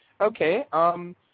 Okay